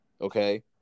okay